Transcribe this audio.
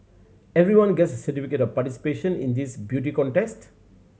everyone gets a certificate of participation in this beauty contest